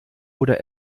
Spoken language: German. oder